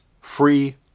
free